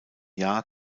jahr